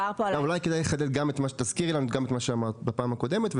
אולי כדאי שתזכירי להם גם את מה שאמרת בפעם הקודמת,